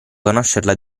conoscerla